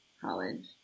college